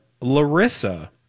Larissa